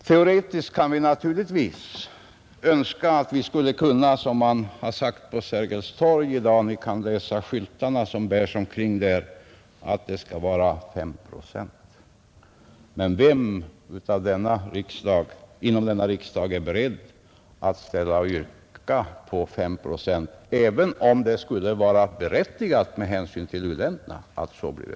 Teoretiskt kan vi naturligtvis önsKa att vi skulle kunna satsa 5 procent år 1980, som det har sagts på Sergels torg i dag — ni kan läsa skyltarna som bärs omkring där. Men vem inom denna riksdag är beredd att yrka på 5 procent, även om det skulle vara berättigat med hänsyn till u-ländernas behov?